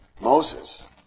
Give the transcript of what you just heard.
Moses